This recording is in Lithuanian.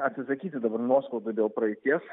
atsisakyti dabar nuoskaudų dėl praeities